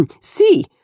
see